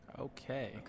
Okay